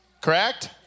correct